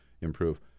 improve